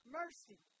mercy